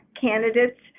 candidates